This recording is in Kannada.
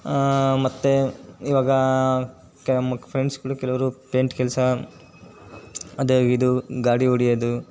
ಮತ್ತು ಇವಾಗ ಕೆಮ್ ಫ್ರೆಂಡ್ಸ್ಗಳು ಕೆಲವರು ಪೇಂಯ್ಟ್ ಕೆಲಸ ಅದೇ ಇದು ಗಾಡಿ ಹೊಡ್ಯೋದು